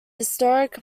historic